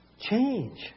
change